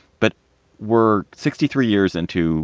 but were sixty three years into